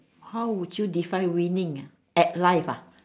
how would you define winning ah at life ah